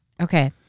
Okay